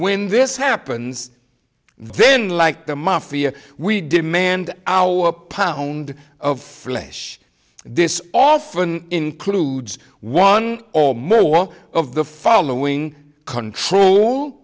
when this happens then like the mafia we demand our pound of flesh this often includes one or more one of the following control